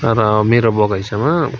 र मेरो बगैँचामा